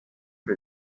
for